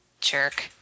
Jerk